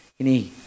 Ini